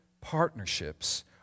partnerships